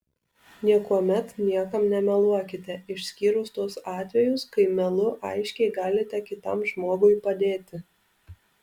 niekuomet niekam nemeluokite išskyrus tuos atvejus kai melu aiškiai galite kitam žmogui padėti